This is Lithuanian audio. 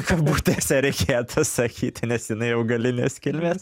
kabutėse reikėtų sakyti nes jinai augalinės kilmės